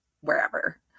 wherever